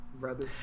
Brother